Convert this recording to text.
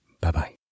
Bye-bye